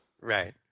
Right